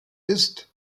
ist